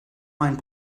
mind